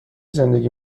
زندگی